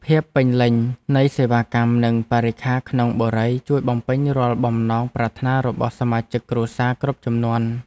ភាពពេញលេញនៃសេវាកម្មនិងបរិក្ខារក្នុងបុរីជួយបំពេញរាល់បំណងប្រាថ្នារបស់សមាជិកគ្រួសារគ្រប់ជំនាន់។